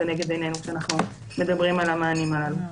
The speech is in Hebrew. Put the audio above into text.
עניינו כשאנחנו מדברים על המענים הללו.